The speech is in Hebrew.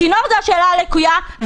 הצינור זאת השאלה הלקויה,